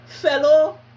fellow